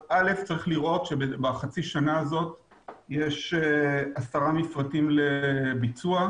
קודם כל צריך לראות שבחצי השנה הזאת יש עשרה מפרטים לביצוע,